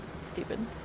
Stupid